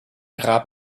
grab